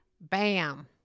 bam